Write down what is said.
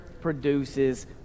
produces